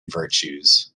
virtues